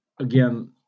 again